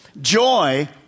Joy